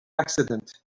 accident